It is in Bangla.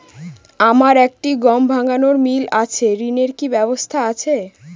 আমার একটি গম ভাঙানোর মিল আছে ঋণের কি ব্যবস্থা আছে?